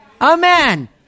Amen